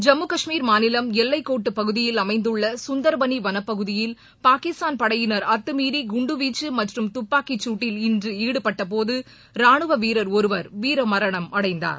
ஜம்மு கஷ்மீர் மாநிலம் எல்லைகோட்டு பகுதியில் அமைந்துள்ள கந்தர்பணி வனப்பகுதியில் பாகிஸ்தான் படையினர் அத்துமீறி குண்டு வீச்சு மற்றும் துப்பாக்கி குட்டில் இன்று ஈடுபட்ட போது ராணுவ வீரர் ஒருவர் வீரமரணமடைந்தார்